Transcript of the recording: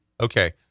Okay